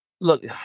look